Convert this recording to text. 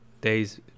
days